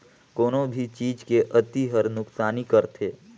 कोनो भी चीज के अती हर नुकसानी करथे